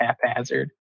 haphazard